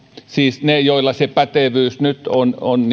siis niillä sosionomitaustaisilla joilla se pätevyys nyt on on